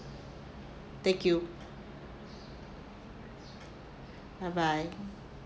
thank you bye bye